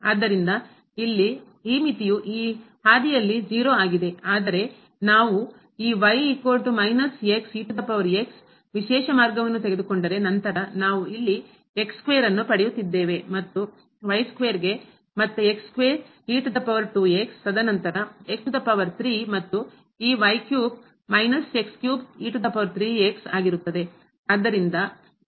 ಆದ್ದರಿಂದ ಇಲ್ಲಿ ಈ ಮಿತಿಯು ಈ ಹಾದಿಯಲ್ಲಿ 0 ಆಗಿದೆ ಆದರೆ ನಾವು ಈ ವಿಶೇಷ ಮಾರ್ಗವನ್ನು ನಂತರ ನಾವು ಇಲ್ಲಿ ಅನ್ನು ಪಡೆಯುತ್ತಿದ್ದೇವೆ ಮತ್ತು ಮತ್ತೆ ತದನಂತರ ಮತ್ತು ಈ ಆಗಿರುತ್ತದೆ ಆದ್ದರಿಂದ ಈಗ ಈ ಸಂದರ್ಭದಲ್ಲಿ ಈ ರದ್ದಾಗುತ್ತದೆ